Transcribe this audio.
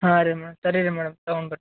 ಹಾಂ ರೀ ಮೇಡಮ್ ಸರಿ ರೀ ಮೇಡಮ್ ತಗೊಂಡು ಬರ್